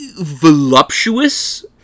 voluptuous